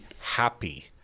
happy